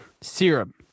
Serum